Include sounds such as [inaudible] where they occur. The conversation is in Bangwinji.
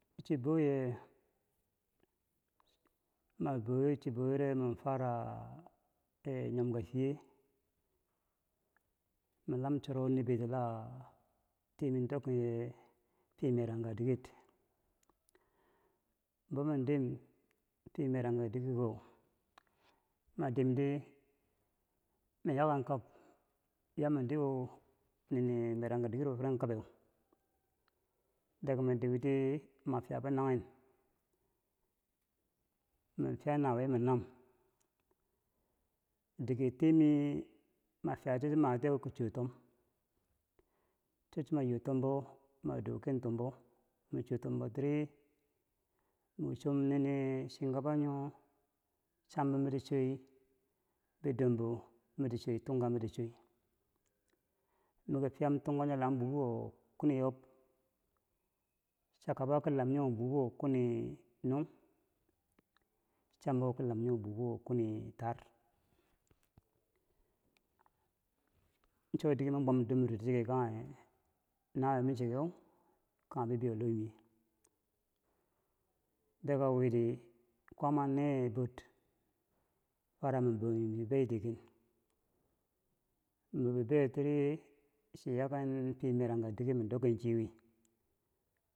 chi boye ma boye chi boyeri [hesitation] ma fara e nyomka fiye milam choro niber dila teemi dokkenye fiye merangka diket bo ma dim fiye merangka dikewo ma dim dii, man yaken kab yamin diu nini merangka dikero firen kabeu daga ma diu di ma fiya bou nanghen min fiya newuye mi nam diker temi mafiya cho matiyeu choki cho tom cho chwo ma doken tombeu ma chotombo tiri moki chom nini shika fa nyo chambo miti choi bidombo miti choi tunga miki fiyam tugau buhuwo kwiniyob chikaba ki lamnyo buhuwo kwini nung chambo ki laminyo buhuwo kwini taar cho dikero ma bwam dormiroti chike nawiye mi chikeu kanghen bibeiyo lohmi daga wiri kwaama neye bor ma fara ma bomi bibeiti ken mi bo bibeyotiri chin yaken fiye merangka diker, ma dokken chii wi